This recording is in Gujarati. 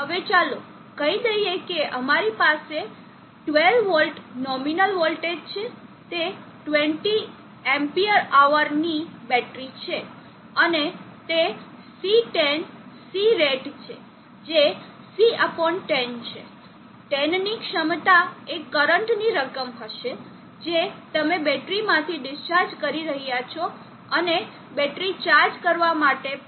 હવે ચાલો કહી દઈએ કે અમારી પાસે 12 વોલ્ટ નોમિનલ વોલ્ટેજ છે તે 20 Ah ની બેટરી છે અને તે C10 C રેટ છે જે C 10 છે 10 ની ક્ષમતા એ કરંટની રકમ હશે જે તમે બેટરીમાંથી ડિસ્ચાર્જ કરી રહ્યાં છો અને બેટરી ચાર્જ કરવા માટે પણ